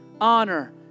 honor